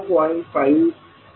5Sy21आहे